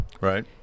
Right